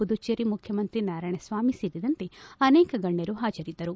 ಪುದುಚೇರಿ ಮುಖ್ಯಮಂತ್ರಿ ನಾರಾಯಣಸ್ವಾಮಿ ಸೇರಿದಂತೆ ಅನೇಕ ಗಣ್ಯರು ಪಾಜರಿದ್ದರು